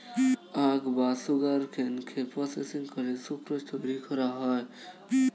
আখ বা সুগারকেনকে প্রসেসিং করে সুক্রোজ তৈরি করা হয়